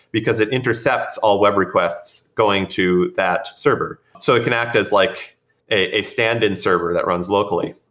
because it intercepts all web requests going to that server. so it can act as like a stand-in server that runs locally.